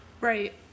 right